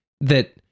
that-